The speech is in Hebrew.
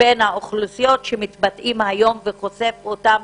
בין האוכלוסיות, שמתבטאים היום, וחושף אותם